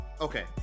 okay